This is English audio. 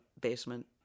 basement